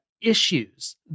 issues